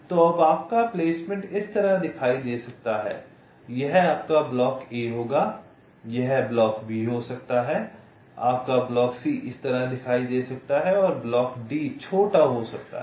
तो अब आपका प्लेसमेंट इस तरह दिखाई दे सकता है यह आपका ब्लॉक ए होगा यह आपका ब्लॉक बी हो सकता है आपका ब्लॉक सी इस तरह दिखाई दे सकता है आपका ब्लॉक डी छोटा हो सकता है